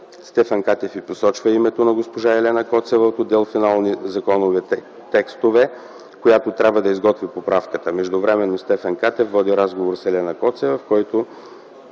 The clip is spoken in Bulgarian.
Стефан Катев й посочва името на госпожа Елена Коцева от отдел „Финални законови текстове”, която трябва да изготви поправката. Междувременно Стефан Катев води разговор с Елена Коцева, в който